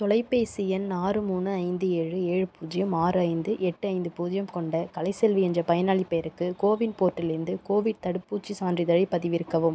தொலைபேசி எண் ஆறு மூணு ஐந்து ஏழு ஏழு பூஜ்ஜியம் ஆறு ஐந்து எட்டு ஐந்து பூஜ்ஜியம் கொண்ட கலைசெல்வி என்ற பயனாளிப் பெயருக்கு கோவின் போர்ட்டலிலிருந்து கோவிட் தடுப்பூசிச் சான்றிதழைப் பதிவிறக்கவும்